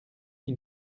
qui